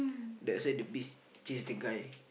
that say the bees chase the guy